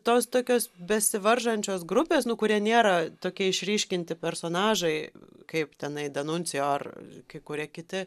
tos tokios besivaržančios grupės nu kurie nėra tokie išryškinti personažai kaip tenai danuncijo ar kai kurie kiti